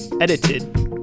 edited